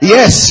Yes